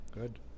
good